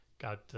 got